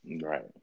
Right